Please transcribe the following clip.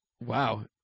Wow